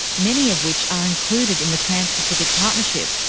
many of which are included in the trans pacific partnership,